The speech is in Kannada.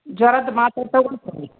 ಜ್ವರದ್ದು ಮಾತ್ರೆ ತೊಗೊಳ್ತೀನಿ